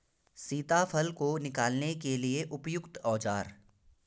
सीताफल को निकालने के लिए उपयुक्त औज़ार?